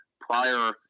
prior